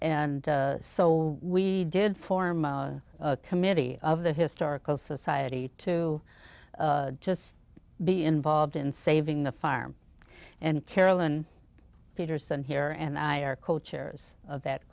and so we did form a committee of the historical society to just be involved in saving the farm and carolyn peterson here and i are co chairs of that